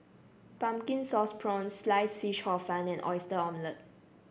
Pumpkin Sauce Prawns Sliced Fish Hor Fun and Oyster Omelette